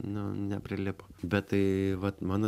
nu neprilipo bet tai vat mano